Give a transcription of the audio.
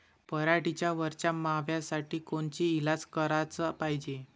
पराटीवरच्या माव्यासाठी कोनचे इलाज कराच पायजे?